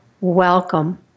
Welcome